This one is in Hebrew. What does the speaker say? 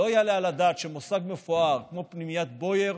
לא יעלה על הדעת שמוסד מפואר כמו פנימיית בויאר